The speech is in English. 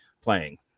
playing